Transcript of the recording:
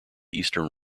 eastern